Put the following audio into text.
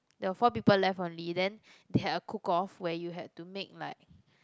there were four people left only then they had a cook off where you had to make like